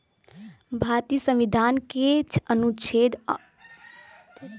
भारतीय संविधान के अनुच्छेद एक सौ बारह में केन्द्रीय बजट के जानकारी देवल गयल हउवे